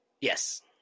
Yes